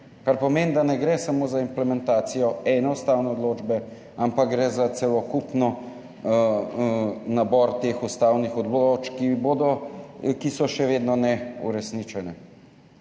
kar pomeni, da ne gre samo za implementacijo ene ustavne odločbe, ampak gre za celokupen nabor teh ustavnih odločb, ki so še vedno neuresničene.